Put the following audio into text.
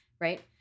Right